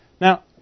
Now